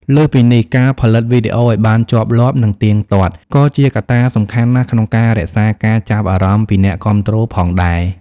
លើសពីនេះ ការផលិតវីដេអូឲ្យបានជាប់លាប់ និងទៀងទាត់ ក៏ជាកត្តាសំខាន់ណាស់ក្នុងការរក្សាការចាប់អារម្មណ៍ពីអ្នកគាំទ្រផងដែរ។